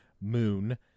Moon